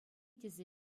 тесе